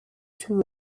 two